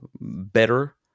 better